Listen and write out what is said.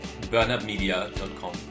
burnupmedia.com